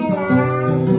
love